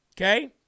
Okay